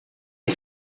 est